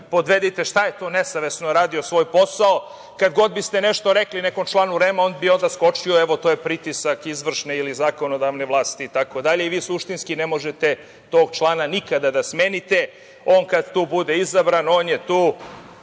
šta je to „nesavesno radio svoj posao“? Kad god biste nešto rekli nekom članu REM-a, on bi odmah skočio – evo, to je pritisak izvršne ili zakonodavne vlasti itd. i vi suštinski ne možete tog člana nikada da smenite. On kad tu bude izabran, on je tu,